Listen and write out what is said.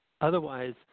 Otherwise